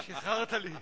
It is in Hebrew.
שחררת לי.